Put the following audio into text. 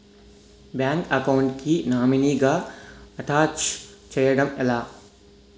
Bank account కి nominee గా attach చేయడం ఎలా?